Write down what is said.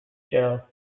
shell